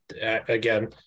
again